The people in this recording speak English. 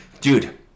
Dude